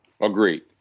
Agreed